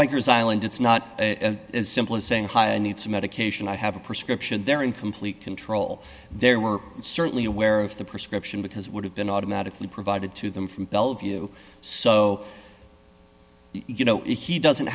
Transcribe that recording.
rikers island it's not as simple as saying hi i need some medication i have a prescription they're in complete control there were certainly aware of the prescription because it would have been automatically provided to them from bellevue so you know he doesn't